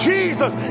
Jesus